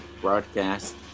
broadcast